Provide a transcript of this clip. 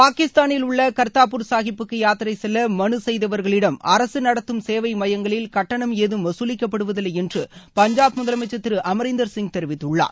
பாகிஸ்தானில் உள்ள கர்த்தார்ப்பூர் சாகேப்புக்கு யாத்திரை செல்ல மனு செய்தவர்ககளிடம் அரசு நடத்தும் சேவை எமயங்களில் கட்டணம் ஏதும் வகுலிக்கப்படுவதில்லை என்று பஞ்சாப் முதலமைச்சர் திரு அமீரிந்தர் சிங் தெரிவித்துள்ளார்